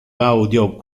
gaudio